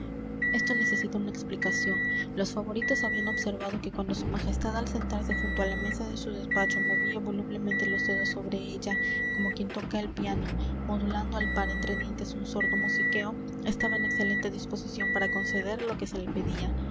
esto necesita una explicación los favoritos habían observado que cuando su majestad al sentarse junto a la mesa de su despacho movía volublemente los dedos sobre ella como quien toca el piano modulando al par entre dientes un sordo musiqueo estaba en excelente disposición para conceder lo que se le pedía